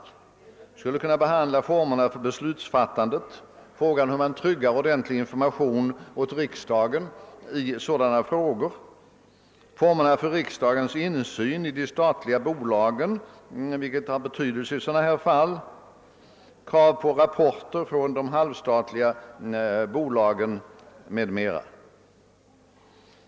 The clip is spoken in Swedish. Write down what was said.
Den skulle kunna behandla formerna för beslutsfattandet, frågan om en tryggare och ordentligare information åt riksdagen i sådana frågor, formerna för riksdagens insyn i de statliga bolagen, vilken är av betydelse i sådana här fall, kraven på rapporter från de halvstatliga bolagen, m.m.